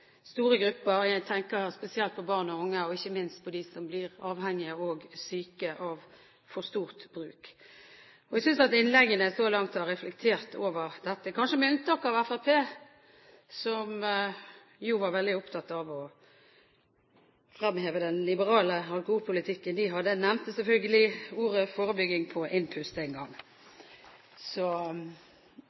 store grupper – jeg tenker spesielt på barn og unge og ikke minst på dem som blir avhengige og syke av en for stor bruk. Jeg synes at innleggene så langt har reflektert over dette, kanskje med unntak av Fremskrittspartiet, hvor man var veldig opptatt av å fremheve den liberale alkoholpolitikken de hadde. Selvfølgelig ble ordet «forebygging» nevnt på innpust.